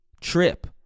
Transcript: trip